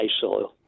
soil